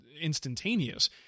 instantaneous